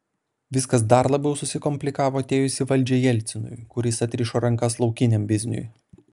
viskas dar labiau susikomplikavo atėjus į valdžią jelcinui kuris atrišo rankas laukiniam bizniui